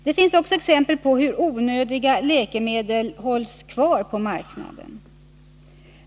Det finns exempel på hur onödiga läkemedel hålls kvar på marknaden.